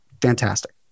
fantastic